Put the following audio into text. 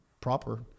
Proper